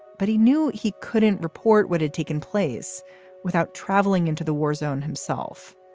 but he knew he couldn't report what had taken place without travelling into the war zone himself.